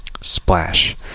Splash